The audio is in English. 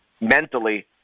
Mentally